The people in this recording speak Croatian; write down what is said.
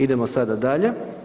Idemo sada dalje.